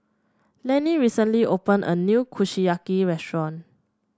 Lenny recently opened a new Kushiyaki restaurant